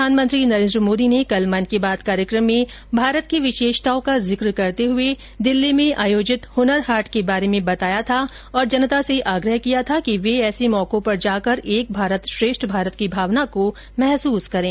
प्रधानमंत्री नरेन्द्र मोदी ने कल मन की बात कार्यक्रम में भारत की विशेषताओं का जिक करते हुए दिल्ली में आयोजित हनर हाट के बारे में बताया था और जनता से आग्रह किया था कि वे ऐसे मौको पॅर जाकर एक भारत श्रेष्ठ भारत की भावना को महसूस करें